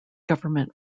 government